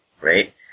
right